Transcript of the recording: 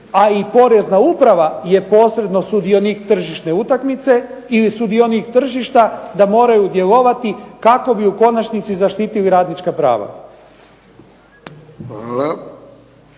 a i porezna uprava je posredno sudionik tržišne utakmice, ili sudionik tržišta da moraju djelovati kako bi u konačnici zaštitili radnička prava.